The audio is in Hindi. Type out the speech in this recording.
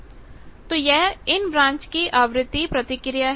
तो यह इन ब्रांच की आवृत्ति प्रतिक्रिया frequency response फ्रिकवेंसी रिस्पांस है